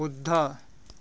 শুদ্ধ